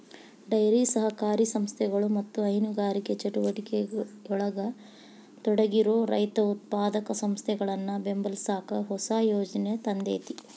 dairy ಸಹಕಾರಿ ಸಂಸ್ಥೆಗಳು ಮತ್ತ ಹೈನುಗಾರಿಕೆ ಚಟುವಟಿಕೆಯೊಳಗ ತೊಡಗಿರೋ ರೈತ ಉತ್ಪಾದಕ ಸಂಸ್ಥೆಗಳನ್ನ ಬೆಂಬಲಸಾಕ ಹೊಸ ಯೋಜನೆ ತಂದೇತಿ